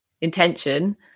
intention